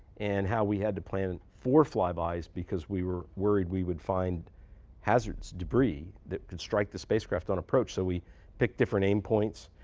and how we had to plan and four flybys because we were worried we would find hazardous debris that could strike the spacecraft on approach. so we picked different aim points,